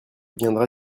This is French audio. viendra